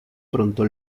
pronto